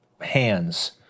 hands